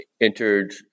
entered